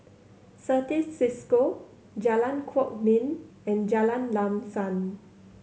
Certis Cisco Jalan Kwok Min and Jalan Lam Sam